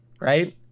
right